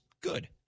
good